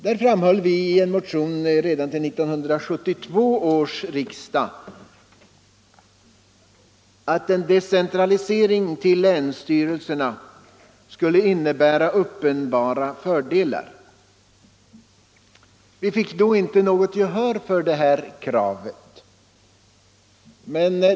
Vi framhöll redan i en motion till 1972 års riksdag att en decentralisering till länsstyrelserna skulle innebära uppenbara fördelar. Vi fick då inte något gehör för detta krav.